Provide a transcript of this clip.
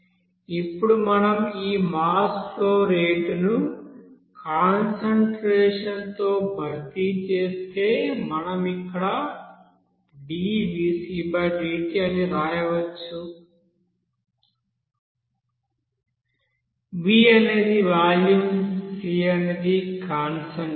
ఇప్పుడు మనం ఈ మాస్ ఫ్లో రేట్ ను కాన్సంట్రేషన్ తో భర్తీ చేస్తే మనం ఇక్కడ ddt అని వ్రాయవచ్చు v అనేది వాల్యూమ్ c అనేది కాన్సంట్రేషన్